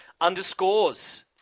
Underscores